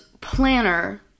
planner